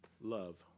love